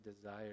desire